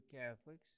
Catholics